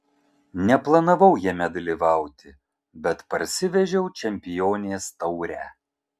neplanavau jame dalyvauti bet parsivežiau čempionės taurę